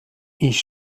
ich